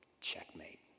checkmate